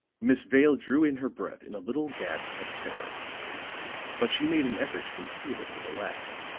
miss vale drew in her breath in a little gasp of terror but she made an effort to conceal it with a laugh.